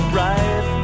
right